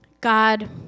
God